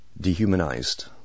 dehumanized